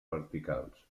verticals